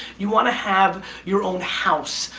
you wanna have your own house.